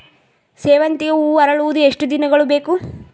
ಸೇವಂತಿಗೆ ಹೂವು ಅರಳುವುದು ಎಷ್ಟು ದಿನಗಳು ಬೇಕು?